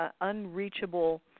unreachable